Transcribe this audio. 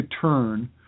turn